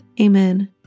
Amen